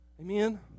Amen